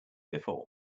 before